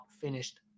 finished